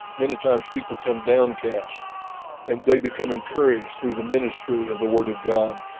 many times, people become downcast and they become encouraged through the ministry of the word of god.